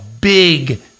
big